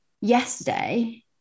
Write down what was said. yesterday